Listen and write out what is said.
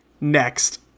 Next